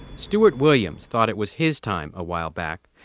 stuart williams thought it was his time a while back.